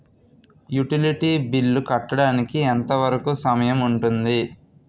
Utility bill కట్టడానికి ఎంత వరుకు సమయం ఉంటుంది?